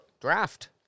draft